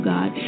God